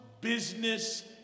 business